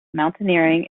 mountaineering